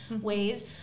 ways